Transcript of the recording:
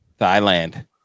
Thailand